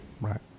Right